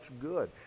good